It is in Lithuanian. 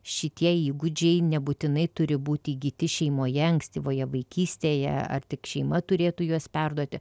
šitie įgūdžiai nebūtinai turi būti įgyti šeimoje ankstyvoje vaikystėje ar tik šeima turėtų juos perduoti